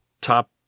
top